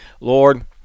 Lord